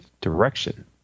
direction